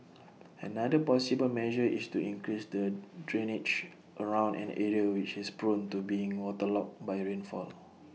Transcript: another possible measure is to increase the drainage around an area which is prone to being waterlogged by rainfall